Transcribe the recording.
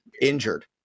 Injured